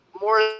more